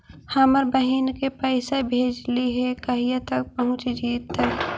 हमरा बहिन के पैसा भेजेलियै है कहिया तक पहुँच जैतै?